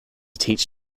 teach